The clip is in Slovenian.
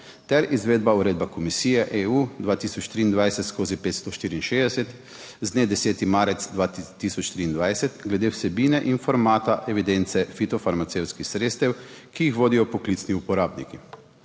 ter Izvedbena uredbe Komisije (EU) 2023/564 z dne 10. marca 2023 glede vsebine in formata evidenc fitofarmacevtskih sredstev, ki jih vodijo poklicni uporabniki.